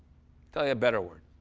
tell you a better word.